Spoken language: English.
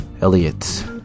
Elliot